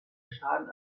schaden